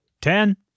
Ten